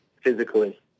physically